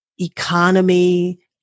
economy